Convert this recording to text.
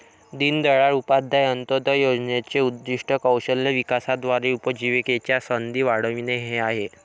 दीनदयाळ उपाध्याय अंत्योदय योजनेचे उद्दीष्ट कौशल्य विकासाद्वारे उपजीविकेच्या संधी वाढविणे हे आहे